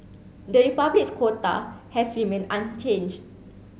the republic's quota has remained unchanged